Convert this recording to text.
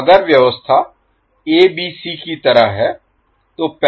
तो अगर व्यवस्था abc की तरह है